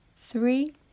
three